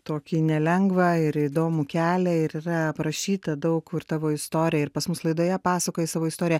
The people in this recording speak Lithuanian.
tokį nelengvą ir įdomų kelią ir yra parašyta daug kur tavo istorija ir pas mus laidoje pasakojai savo istoriją